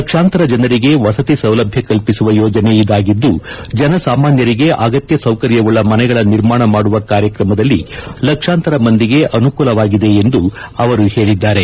ಲಕ್ಷಾಂತರ ಜನರಿಗೆ ವಸತಿ ಸೌಲಭ್ಯ ಕಲ್ಪಿಸುವ ಯೋಜನೆ ಇದಾಗಿದ್ದು ಜನ ಸಾಮಾನ್ದರಿಗೆ ಅಗತ್ಯ ಸೌಕರ್ಯವುಳ್ಳ ಮನೆಗಳ ನಿರ್ಮಾಣ ಮಾಡುವ ಕಾರ್ಯಕ್ರಮದಲ್ಲಿ ಲಕ್ಷಾಂತರ ಮಂದಿಗೆ ಅನುಕೂಲವಾಗಿದೆ ಎಂದು ಅವರು ಹೇಳಿದ್ದಾರೆ